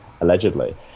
allegedly